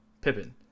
Pippen